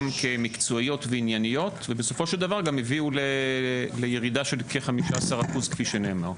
כמקצועיות וענייניות ובסופו של דבר גם הביאו לירידה של 15% כפי שנאמר.